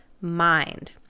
mind